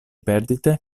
perdite